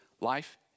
life